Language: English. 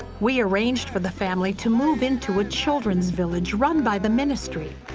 we arranged for the family to move into a children's village run by the ministry.